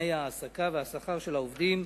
תנאי ההעסקה והשכר של עובדים